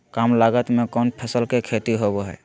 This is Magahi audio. काम लागत में कौन फसल के खेती होबो हाय?